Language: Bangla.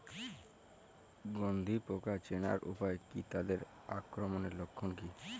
গন্ধি পোকা চেনার উপায় কী তাদের আক্রমণের লক্ষণ কী?